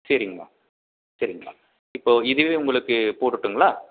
சரிங்கம்மா சரிங்கம்மா இப்போது இதுவே உங்களுக்கு போடுட்டுங்களா